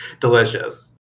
delicious